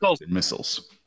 Missiles